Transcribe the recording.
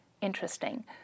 interesting